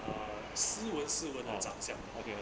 uh 司文司文 ah 奖项